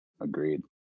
Agreed